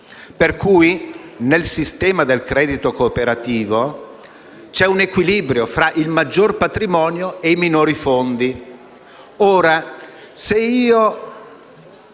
Pertanto, nel sistema del credito cooperativo c'è un equilibrio tra il maggiore patrimonio e i minori fondi.